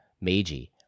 Meiji